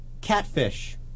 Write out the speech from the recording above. Catfish